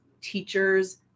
teachers